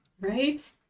Right